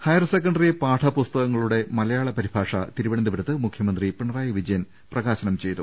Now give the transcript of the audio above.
higher secondary പാഠപുസ്തകളുടെ മലയാള പരിഭാഷ തിരു വനന്തപുരത്ത് മുഖ്യമന്ത്രി പിണറായി വിജയൻ പ്രകാശനം ചെയ്തു